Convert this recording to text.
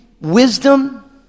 wisdom